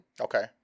Okay